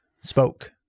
spoke